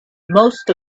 most